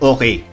Okay